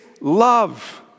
love